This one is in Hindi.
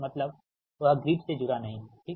मतलब वह ग्रिड से जुड़ा नहीं है ठीक